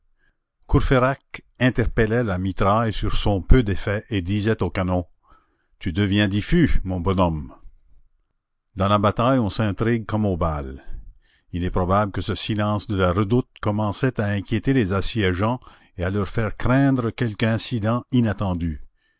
interpellait la mitraille sur son peu d'effet et disait au canon tu deviens diffus mon bonhomme dans la bataille on s'intrigue comme au bal il est probable que ce silence de la redoute commençait à inquiéter les assiégeants et à leur faire craindre quelque incident inattendu